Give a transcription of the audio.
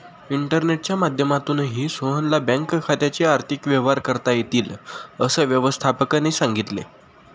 इंटरनेटच्या माध्यमातूनही सोहनला बँक खात्याचे आर्थिक व्यवहार करता येतील, असं व्यवस्थापकाने सांगितले